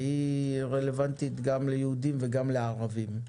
שרלוונטית גם ליהודים וגם לערבים.